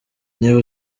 niba